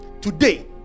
today